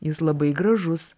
jis labai gražus